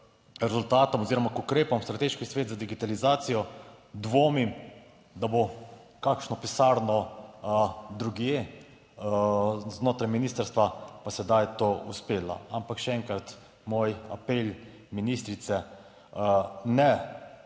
rezultatom oziroma k ukrepom strateški svet za digitalizacijo, dvomim, da bo kakšno pisarno drugje znotraj ministrstva pa sedaj to uspelo. Ampak še enkrat moj apel ministrice: ne